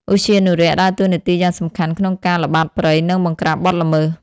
ឧទ្យានុរក្សដើរតួនាទីយ៉ាងសំខាន់ក្នុងការល្បាតព្រៃ និងបង្ក្រាបបទល្មើស។